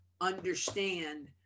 understand